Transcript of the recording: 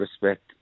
respect